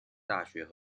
大学